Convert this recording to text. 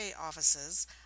offices